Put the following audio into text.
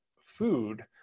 food